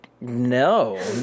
no